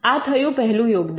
આ થયું પહેલું યોગદાન